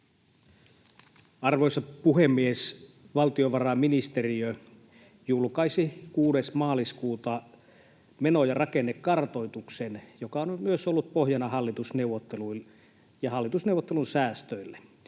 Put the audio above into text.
Arvoisa puhemies! Valtiovarainministeriö julkaisi 6. maaliskuuta meno- ja rakennekartoituksen, joka on myös ollut pohjana hallitusneuvotteluille